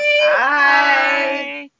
bye